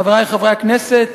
חברי חברי הכנסת,